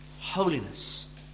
Holiness